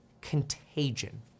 contagion